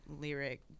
lyric